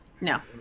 No